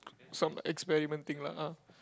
some experiment thing lah ah